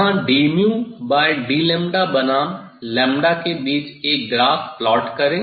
यहाँ dd बनाम के बीच एक ग्राफ प्लॉट करें